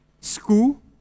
school